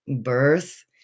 birth